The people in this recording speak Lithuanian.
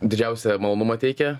didžiausią malonumą teikia